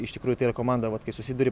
iš tikrųjų tai yra komanda vat kai susiduri